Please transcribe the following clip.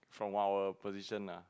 from our position ah